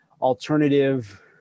alternative